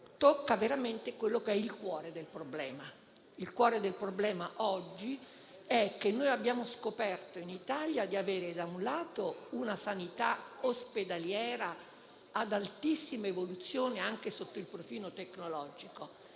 tocca veramente il cuore del problema. Il cuore del problema oggi è che abbiamo scoperto di avere in Italia da un lato una sanità ospedaliera ad altissima evoluzione, anche sotto il profilo tecnologico,